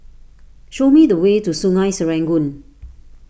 show me the way to Sungei Serangoon